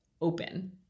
open